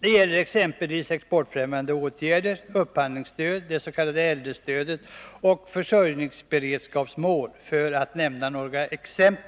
Det gäller exempelvis exportfrämjande åtgärder, upphandlingsstöd, det s.k. äldrestödet och försörjningsberedskapsmål, för att nämna några exempel.